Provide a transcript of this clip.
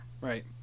Right